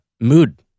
mood